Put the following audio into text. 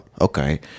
okay